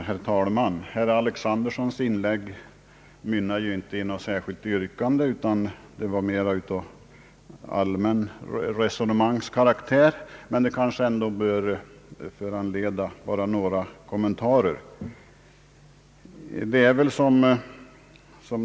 Herr talman! Herr Alexandersons inlägg mynnade ju inte ut i något särskilt yrkande utan var mera av allmän resonemangskaraktär, men det kanske ändå bör föranleda några kommentarer.